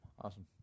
Awesome